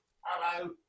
hello